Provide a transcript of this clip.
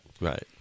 Right